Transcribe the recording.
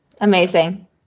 Amazing